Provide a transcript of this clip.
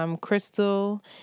Crystal